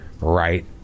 right